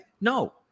No